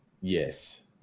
yes